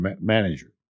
manager